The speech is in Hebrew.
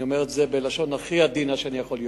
אני אומר את זה בלשון הכי עדינה שאני יכול: